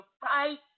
fight